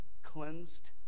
cleansed